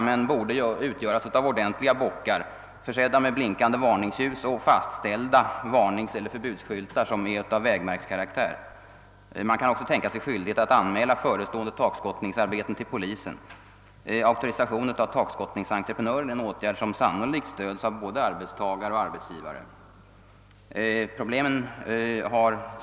De borde utgöras av ordentliga bockar försedda med blinkande varningsljus och förbudsskyltar av fastställd typ och vägmärkeskaraktär. Man kan också tänka sig att stadga skyldighet att anmäla förestående takskottningsarbeten till polisen. Auktorisation av takskottningsentreprenören är också en åtgärd, som sannolikt har stöd av både arbetstagare och arbetsgivare.